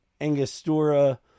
Angostura